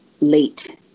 late